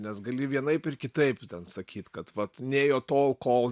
nes gali vienaip ir kitaip ten sakyt kad vat nėjo tol kol